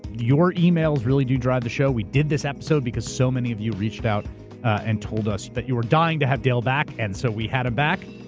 your emails really do drive the show. we did this episode because so many of you reached out and told us that you were dying to have dale back and so we had him back.